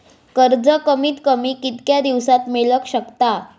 कर्ज कमीत कमी कितक्या दिवसात मेलक शकता?